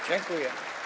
Dziękuję.